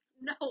No